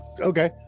Okay